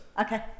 Okay